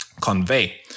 convey